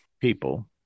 people